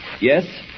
Yes